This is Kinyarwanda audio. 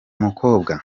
mukobwa